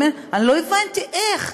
לא הבנתי איך.